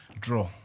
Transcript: Draw